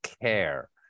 care